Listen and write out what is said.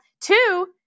Two